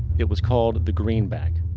it was called the greenback.